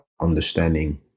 understanding